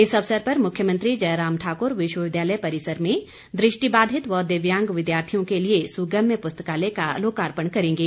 इस अवसर पर मुख्यमंत्री जयराम ठाकुर विश्वविद्यालय परिसर में दृष्टिबाधित व दिव्यांग विद्यार्थियों के लिए सुगम्य प्स्तकालय का लोकार्पण करेंगे